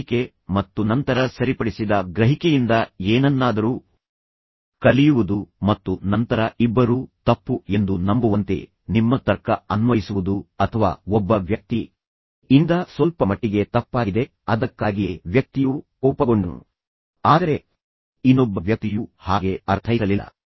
ಗ್ರಹಿಕೆ ಮತ್ತು ನಂತರ ಸರಿಪಡಿಸಿದ ಗ್ರಹಿಕೆಯಿಂದ ಏನನ್ನಾದರೂ ಕಲಿಯುವುದು ಮತ್ತು ನಂತರ ಇಬ್ಬರೂ ತಪ್ಪು ಎಂದು ನಂಬುವಂತೆ ನಿಮ್ಮ ತರ್ಕ ಅನ್ವಯಿಸುವುದು ಅಥವಾ ಒಬ್ಬ ವ್ಯಕ್ತಿ ಇಂದ ಸ್ವಲ್ಪ ಮಟ್ಟಿಗೆ ತಪ್ಪಾಗಿದೆ ಅದಕ್ಕಾಗಿಯೇ ವ್ಯಕ್ತಿಯು ಕೋಪಗೊಂಡನು ಆದರೆ ಇನ್ನೊಬ್ಬ ವ್ಯಕ್ತಿಯು ಹಾಗೆ ಅರ್ಥೈಸಲಿಲ್ಲ